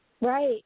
Right